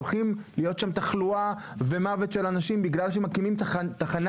הולכת להיות שם תחלואה ומוות של אנשים בגלל שמקימים תחנה